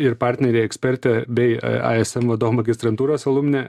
ir partneriai eksperte bei ai es em vadom magistrantūros alumne